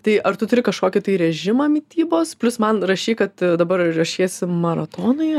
tai ar tu turi kažkokį tai rėžimą mitybos plius man rašei kad dabar ruošiesi maratonui